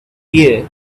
here